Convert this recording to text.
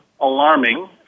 alarming